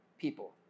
people